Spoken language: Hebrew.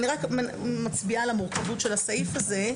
אני רק מצביעה על המורכבות של הסעיף הזה.